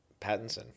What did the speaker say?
Pattinson